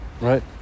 right